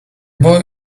boy